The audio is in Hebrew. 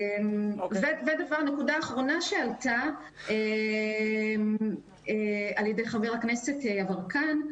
נקודה אחרונה שעלתה על ידי חבר הכנסת יברקן,